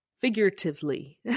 Figuratively